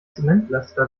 zementlaster